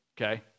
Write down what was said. Okay